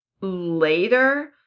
later